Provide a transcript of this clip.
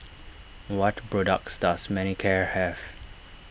what products does Manicare have